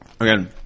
again